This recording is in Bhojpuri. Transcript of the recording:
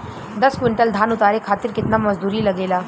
दस क्विंटल धान उतारे खातिर कितना मजदूरी लगे ला?